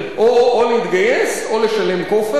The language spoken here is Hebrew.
או להתגייס או לשלם כופר.